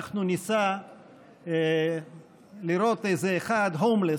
אנחנו ניסע לראות איזה אחד הומלס,